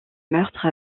meurtre